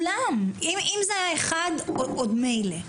אם זה היה אחד עוד מילא,